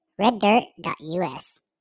reddirt.us